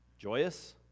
Joyous